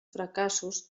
fracassos